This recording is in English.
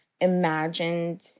imagined